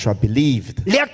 believed